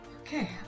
Okay